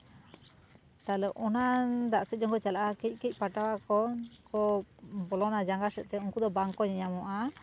ᱛᱟᱞᱚᱦᱮ ᱚᱱᱟ ᱫᱟᱜ ᱥᱮᱡ ᱡᱚᱝ ᱠᱚ ᱪᱟᱞᱟᱜᱼᱟ ᱠᱟᱹᱡ ᱠᱟᱹᱡ ᱯᱟᱴᱣᱟ ᱠᱚᱠᱚ ᱵᱚᱞᱚᱱᱟ ᱡᱟᱸᱜᱟ ᱥᱮᱡᱛᱮ ᱩᱱᱠᱩ ᱫᱚ ᱵᱟᱝ ᱠᱚ ᱧᱮᱞᱧᱟᱢᱚᱜᱼᱟ